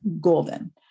golden